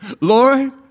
Lord